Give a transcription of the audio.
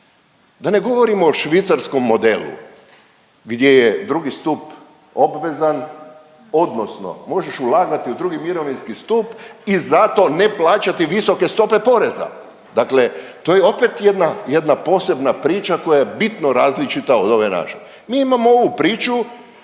Da ne govorimo o švicarskom modelu gdje je drugi stup obvezan, odnosno možeš ulagati u II. mirovinski stup i zato ne plaćati visoke stope poreza, dakle to je opet jedna, jedna posebna priča koja je bitno različita od ove naše. Mi imamo ovu priču